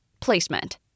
placement